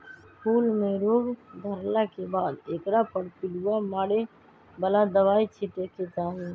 फूल में रोग धरला के बाद एकरा पर पिलुआ मारे बला दवाइ छिटे के चाही